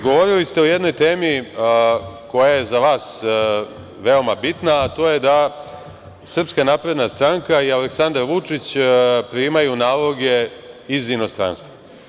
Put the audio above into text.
Govorili ste o jednoj temi koja je za vas veoma bitna, a to je da SNS i Aleksandar Vučić primaju naloge iz inostranstva.